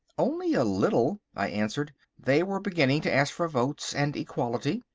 only a little. i answered they were beginning to ask for votes and equality.